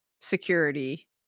security